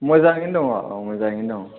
मोजाङैनो दङ औ मोजाङैनो दं